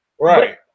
Right